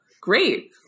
great